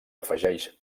afegeix